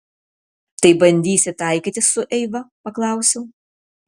tai bandysi taikytis su eiva paklausiau